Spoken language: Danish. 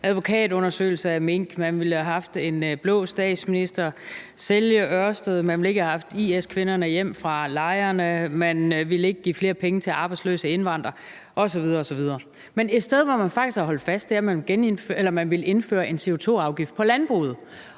advokatundersøgelse af mink, sælge Ørsted, man ville ikke have haft i IS-kvinderne hjem fra lejrene, og man ville ikke give flere penge til arbejdsløse indvandrere osv. osv. Men et sted, hvor man faktisk har holdt fast, er, at man vil indføre en CO2-afgift på landbruget.